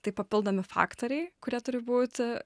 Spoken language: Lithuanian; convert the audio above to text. tai papildomi faktoriai kurie turi būti